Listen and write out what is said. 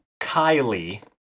Kylie